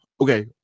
Okay